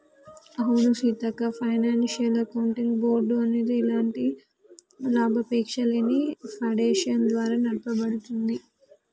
అవును Seethakka financial accounting board అనేది ఎలాంటి లాభాపేక్షలేని ఫాడేషన్ ద్వారా నడపబడుతుంది